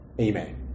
Amen